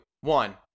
one